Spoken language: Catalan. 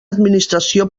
administració